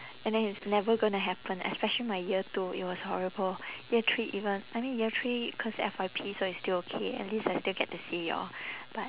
and then it's never gonna happen especially my year two it was horrible year three even I mean year three cause F_Y_P so it's still okay at least I still get to see y'all but